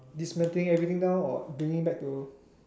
dismantling everything down or bringing back to